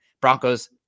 broncos